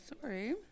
Sorry